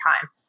time